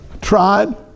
Tried